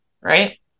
right